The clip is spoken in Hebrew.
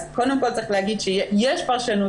אז קודם כל צריך להגיד שיש פרשנות,